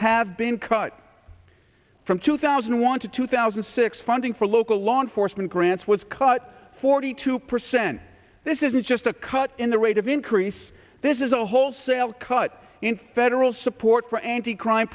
have been cut from two thousand and want to two thousand and six funding for local law enforcement grants was cut forty two percent this isn't just a cut in the rate of increase this is a wholesale cut in federal support for anti crime